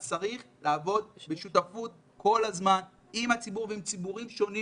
אז צריך לעבוד בשותפות כל הזמן עם הציבור ועם ציבורים שונים.